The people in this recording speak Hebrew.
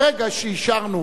ברגע שאישרנו,